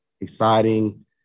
exciting